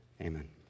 Amen